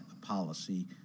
policy